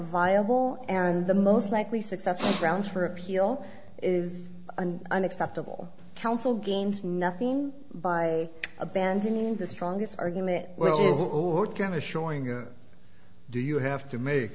viable and the most likely successor grounds for appeal is unacceptable counsel gained nothing by abandoning the strongest argument or going to showing do you have to make